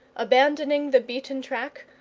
abandoning the beaten track,